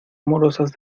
amorosas